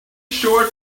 short